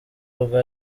ubwo